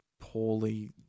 poorly